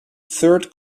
third